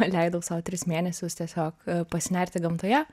leidau sau tris mėnesius tiesiog pasinerti gamtoje